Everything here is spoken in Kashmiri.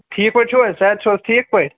ٹھیٖک پٲٹھۍ چھِو حظ صحت چھُو حظ ٹھیٖک پٲٹھۍ